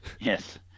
Yes